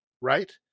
Right